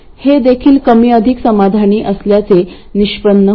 हे देखील कमी अधिक समाधानी असल्याचे निष्पन्न होते